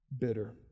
bitter